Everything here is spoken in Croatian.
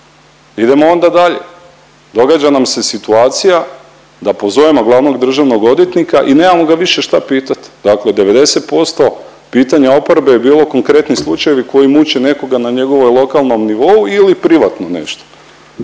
Idemo onda dalje, događa nam se situacija da pozovemo glavnog državnog odvjetnika i nemamo ga više šta pitat. Dakle, 90% pitanja oporbe je bilo konkretni slučajevi koji muče nekoga na njegovom lokalnom nivou ili privatno nešto.